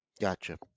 Gotcha